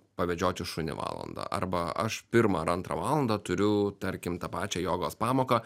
pavedžioti šunį valandą arba aš pirmą ar antrą valandą turiu tarkim tą pačią jogos pamoką